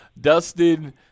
Dustin